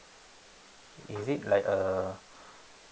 is it like uh